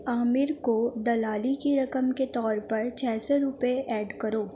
عامر کو دلالی کی رقم کے طور پر چھ سو روپے ایڈ کرو